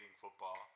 football